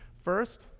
First